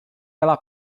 ela